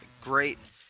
great